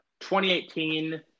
2018